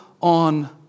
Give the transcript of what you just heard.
on